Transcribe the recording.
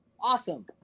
awesome